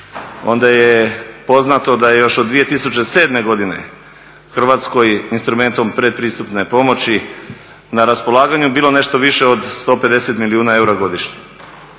onda je poznato da je još od 2007. godine Hrvatskoj instrumentom predpristupne pomoći na raspolaganju bilo nešto više od 150 milijuna eura godišnje.